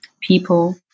people